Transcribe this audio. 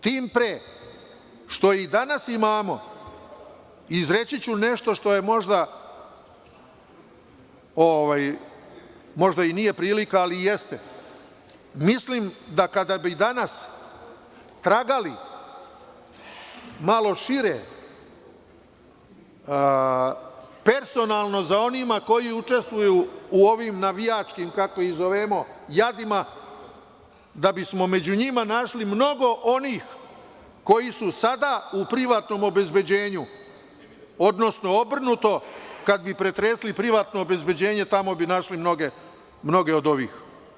Tim pre, što i danas imamo,i izreći ću nešto što je možda i nije prilika i jeste, mislim da kada bih danas tragali, malo šire, personalno za onima koji učestvuju u ovim navijačkim, kako ih zovemo jadima, da bismo među njima našli mnogo onih koji su sada u privatnom obezbeđenju, odnosno obrnuto kad bi pretresli privatno obezbeđenje tamo bi našli mnoge od ovih.